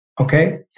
okay